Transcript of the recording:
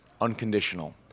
unconditional